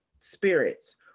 spirits